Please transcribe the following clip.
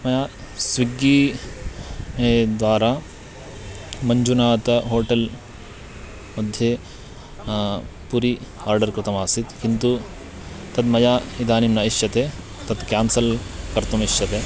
मया स्विग्गी द्वारा मञ्जुनाथः होटेल्मध्ये पुरी आर्डर् कृतमासीत् किन्तु तद् मया इदानीं न इष्यते तत् केन्सल् कर्तुमिष्यते